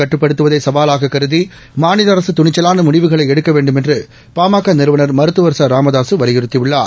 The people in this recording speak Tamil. கட்டுப்படுத்துவதை சவாலாக கருதி மாநில அரசு துணிச்சலான முடிவுகளை எடுக்க வேண்டுமென்று பாமக நிறுவனர் மருத்துவர் ச ராமதாசு வலியுறுத்தியுள்ளார்